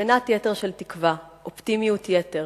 מנת יתר של תקווה, אופטימיות יתר,